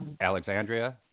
Alexandria